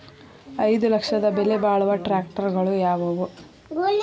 ಐದು ಲಕ್ಷದ ಬೆಲೆ ಬಾಳುವ ಟ್ರ್ಯಾಕ್ಟರಗಳು ಯಾವವು?